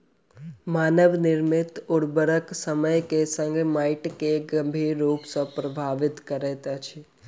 मानव निर्मित उर्वरक समय के संग माइट के गंभीर रूप सॅ प्रभावित करैत अछि